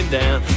down